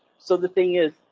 so the thing is,